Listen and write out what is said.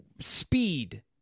Speed